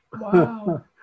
Wow